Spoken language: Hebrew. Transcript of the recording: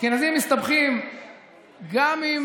אשכנזים מסתבכים גם עם